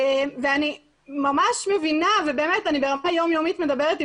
אני ממש מבינה ומדברת ברמה יומיומית עם